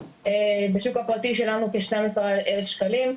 כמובן, בשוק הפרטי שילמנו כ-12 אלף שקלים.